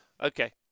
Okay